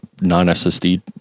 non-SSD